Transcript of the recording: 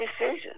decision